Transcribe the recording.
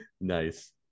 nice